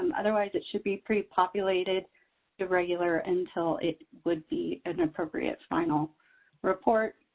um otherwise it should be pre-populated to regular until it would be and appropriate final report.